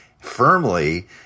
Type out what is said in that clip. firmly